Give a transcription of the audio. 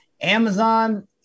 Amazon